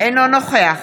אינו נוכח